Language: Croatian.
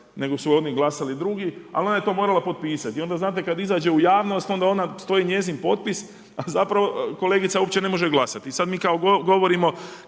nego su oni glasali drugi, ali ona je to morala potpisat, onda znate kad izađe u javnost onda stoji njezin potpis, a zapravo kolegica uopće ne može glasati i sad mi govorimo